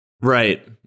Right